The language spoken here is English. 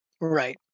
Right